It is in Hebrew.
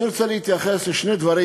אני רוצה להתייחס לשני דברים